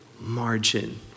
margin